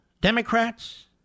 Democrats